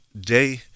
day